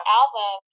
album